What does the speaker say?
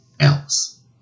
else